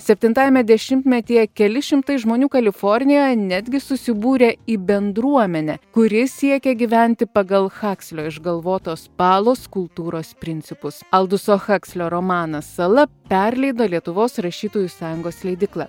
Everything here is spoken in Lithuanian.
septintajame dešimtmetyje keli šimtai žmonių kalifornijoje netgi susibūrė į bendruomenę kuri siekia gyventi pagal hakslio išgalvotos palos kultūros principus alduso hakslio romanas sala perleido lietuvos rašytojų sąjungos leidykla